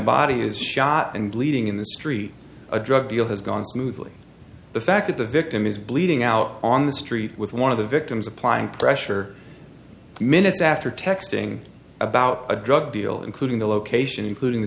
body is shot and bleeding in the street a drug deal has gone smoothly the fact that the victim is bleeding out on the street with one of the victims applying pressure minutes after texting about a drug deal including the location including the